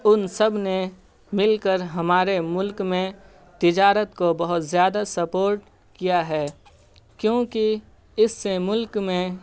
ان سب نے مل کر ہمارے ملک میں تجارت کو بہت زیادہ سپورٹ کیا ہے کیونکہ اس سے ملک میں